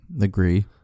Agree